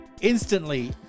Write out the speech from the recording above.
Instantly